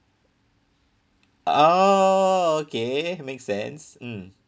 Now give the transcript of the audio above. oh okay make sense mm